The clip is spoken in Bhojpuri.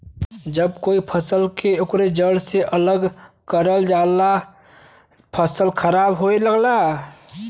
जब कोई फसल के ओकरे जड़ से अलग करल जाला फसल खराब होये लगला